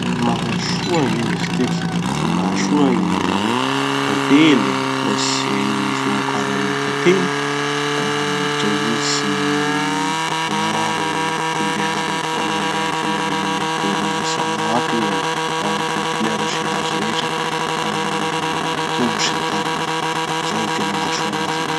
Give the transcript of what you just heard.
Gny mahasoa, gn'ino izy tiky, gny mahasoa gny tantely ankoatsy gny famokarany tantely ah dra izy miaro gny tontolo iaigna avao koa amy gn'alalany fanaovany any le polonisation, magnampy igny e, magnampy gny fleurs sy gny hazo rehetra amy, mitombo sy ny tariny. Zay gny tena mahasoa anazy aloha.